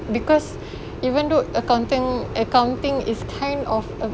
because even though account accounting is kind of a